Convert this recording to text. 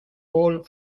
paul